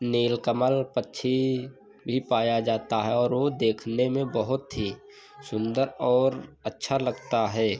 नीलकमल पक्षी भी पाया जाता है और वह देखने में बहुत ही सुन्दर और अच्छा लगता है